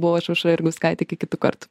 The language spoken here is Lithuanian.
buvau aš aušra jurgauskaitė iki kitų kartų